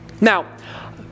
Now